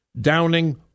Downing